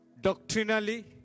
doctrinally